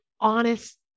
honest